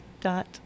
dot